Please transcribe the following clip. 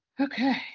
Okay